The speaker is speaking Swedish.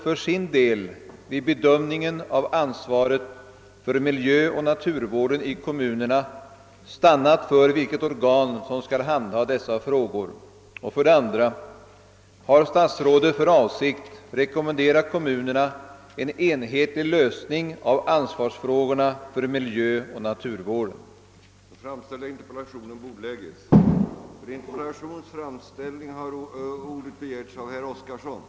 Vill herr statsrådet i korthet redogöra för den planeringsoch projekteringsplan, som föreligger angående europaväg 6, samt 2. i anslutning härtill för den tidsplan för utbyggnad av europaväg 6 till motorväg som nu kan skönjas?